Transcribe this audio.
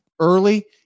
early